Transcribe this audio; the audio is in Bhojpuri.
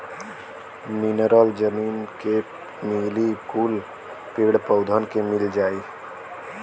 मिनरल जमीन के मिली कुल पेड़ पउधन के मिल जाई